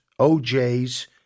ojs